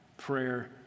prayer